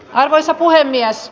arvoisa puhemies